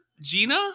Gina